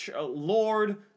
Lord